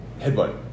Headbutt